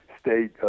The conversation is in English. state